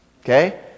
Okay